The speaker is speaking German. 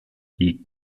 die